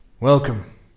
Welcome